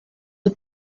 the